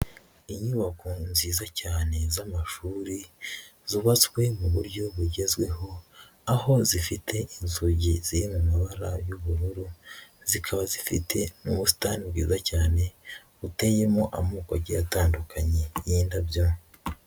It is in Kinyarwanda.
Inyubako nziza cyane z'amashuri, zubatswe mu buryo bugezweho, aho zifite inzugi ziri mu mabara y'ubururu, zikaba zifite n'ubusitani bwiza cyane buteyemo amoko agiye atandukanye y'indabyo.